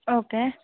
okay